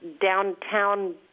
downtown